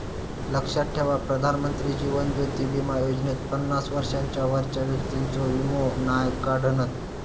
लक्षात ठेवा प्रधानमंत्री जीवन ज्योति बीमा योजनेत पन्नास वर्षांच्या वरच्या व्यक्तिंचो वीमो नाय काढणत